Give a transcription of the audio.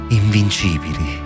invincibili